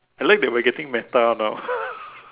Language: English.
I like that we are getting meta now